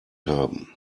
haben